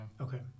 okay